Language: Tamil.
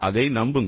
அதை நம்புங்கள்